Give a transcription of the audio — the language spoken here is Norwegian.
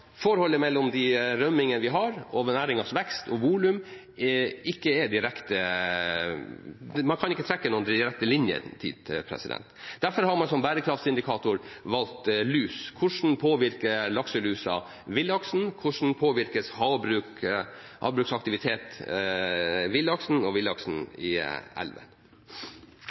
forholdet mellom de rømmingene vi har, og næringens vekst og volum. Derfor har man valgt lus som bærekraftindikator. Hvordan påvirker lakselusen villaksen? Hvordan påvirker havbruksaktivitet villaksen, også villaksen i elvene? Norges elver, kyst og havområder er viktige for villaksen.